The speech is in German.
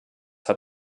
hat